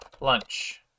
lunch